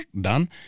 done